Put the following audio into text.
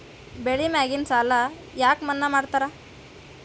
ಬೆಳಿ ಮ್ಯಾಗಿನ ಸಾಲ ಯಾಕ ಮನ್ನಾ ಮಾಡ್ತಾರ?